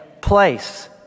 place